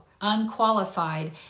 unqualified